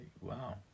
Wow